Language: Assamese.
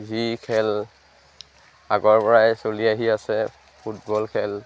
যি খেল আগৰপৰাই চলি আহি আছে ফুটবল খেল